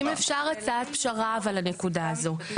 אם אפשר הצעת פשרה אבל אולי לנקודה הזאת.